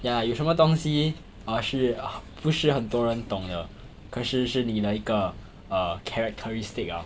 yeah 有什么东西啊是不是很多人懂的可是是你的一个 err characteristic ah